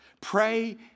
Pray